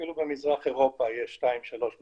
אפילו במזרח אירופה יש שתיים-שלוש מדינות.